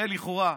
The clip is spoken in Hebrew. הרי לכאורה,